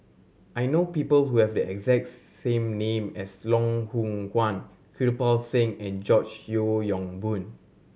I know people who have the exact same name as Loh Hoong Kwan Kirpal Singh and George Yeo Yong Boon